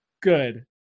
good